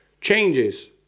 changes